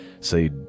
say